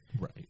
Right